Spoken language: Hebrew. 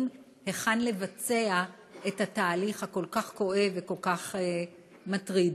היכן לבצע את התהליך הכל-כך כואב וכל כך מטריד.